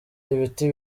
ibiti